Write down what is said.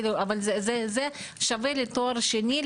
אבל זה שווה לתואר שני,